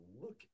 look